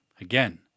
Again